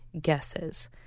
guesses